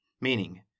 meaning